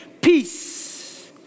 peace